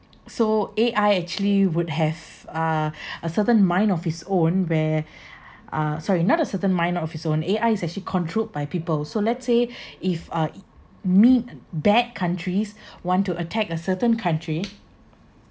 so A_I actually would have uh a certain mind of its own where uh sorry not a certain mind of its own A_I is actually controlled by people so let's say if uh mean bad countries want to attack a certain country